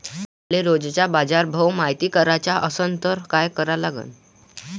मले रोजचा बाजारभव मायती कराचा असन त काय करा लागन?